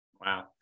Wow